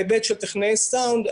בהיבט של טכנאי סאונד,